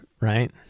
right